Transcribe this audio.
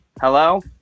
Hello